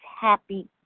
happy